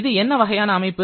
இது என்ன வகையான அமைப்பு